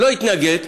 לא התנגד,